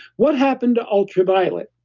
what happened to ultraviolet?